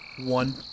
one